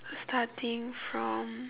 starting from